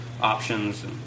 options